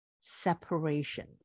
separation